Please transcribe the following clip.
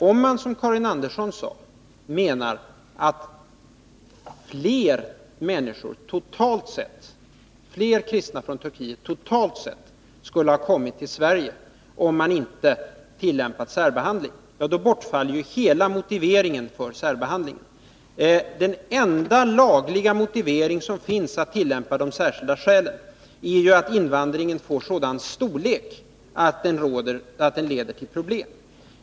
Om man, som Karin Andersson, menar att fler kristna från Turkiet totalt sett skulle ha kommit till Sverige om vi inte tillämpat särbehandling, bortfaller hela motiveringen för särbehandling. Den enda lagliga motiveringen för att tillämpa bestämmelsen om särskilda skäl är ju att invandringen får sådan storlek att den leder till problem.